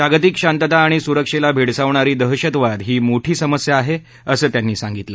जागतिक शांतता आणि सुरक्षष्ठी भह्क्तावणारी दहशतवाद ही मोठी समस्या आहा असं त्यांनी सांगितलं